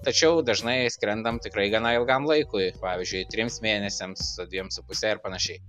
tačiau dažnai skrendam tikrai gana ilgam laikui pavyžiui trims mėnesiams dviem su puse ir panašiai